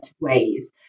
ways